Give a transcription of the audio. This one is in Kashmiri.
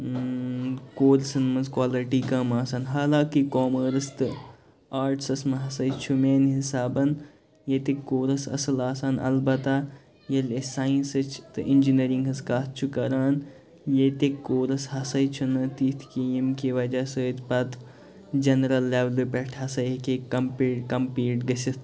سکوٗلسَن منٛز کالٹی کَم آسان حالانٛکہِ کامٲرٕس تہِ آٹسَس منٛز ہسا چھُ میانہِ حسابہٕ ییٚتِکۍ کورس اصٕل آسان البتہ ییٚلہِ أسۍ سایِنَسٕچ تہٕ اِنٛجینٕرِنٛگ ہٕنٛز کَتھ چھِ کران ییٚتِکۍ کورس ہسا چھِنہٕ تِتھ کیٚنٛہہ کہِ ییٚمہِ کہ وجہ سۭتۍ پَتہٕ جَنٛرَل لیولہِ پٮ۪ٹھ ہسا ہٮ۪کہِ کمٛپی کَمٛپیٖٹ گٔژھتھ